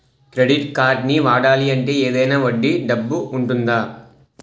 Credit కార్డ్ని వాడాలి అంటే ఏదైనా వడ్డీ డబ్బు ఉంటుందా?